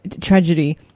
tragedy